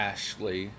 Ashley